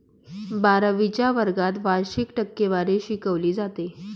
बारावीच्या वर्गात वार्षिक टक्केवारी शिकवली जाते